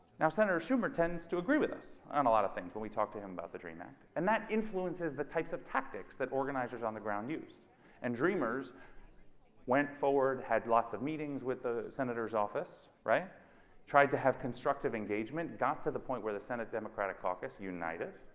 now senator schumer tends to agree with us on a lot of things that we talked to him about the dream act and that influences the types of tactics that organizers on the ground use and dreamers went forward had lots of meetings with the senator's office right tried to have constructive engagement got to the point where the senate democratic caucus united